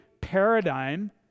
paradigm